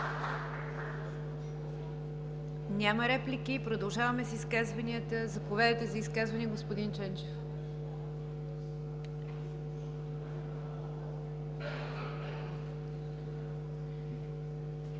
Няма. Продължаваме с изказванията. Заповядайте за изказване, господин Ченчев.